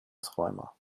träumer